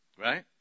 Right